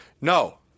No